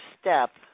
step